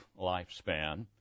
lifespan